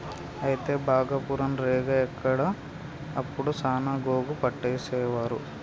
అయితే భాగపురం రేగ ఇక్కడ అప్పుడు సాన గోగు పట్టేసేవారు